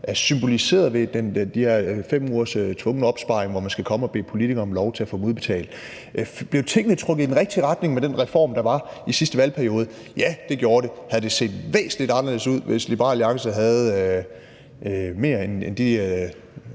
er symboliseret ved de her 5 ugers tvungen opsparing, hvor man skal komme og bede politikerne om lov til at få dem udbetalt. Blev tingene trukket i den rigtige retning med den reform, der var i sidste valgperiode? Ja, det gjorde de. Havde det set væsentlig anderledes ud, hvis Liberal Alliance havde mere end de